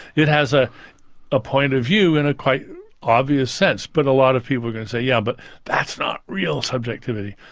it has ah a point of view in a quite obvious sense. but a lot of people are going to say yeah, but that's not real subjectivity'.